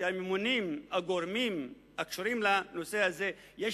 שלגורמים הממונים הקשורים לנושא הזה יש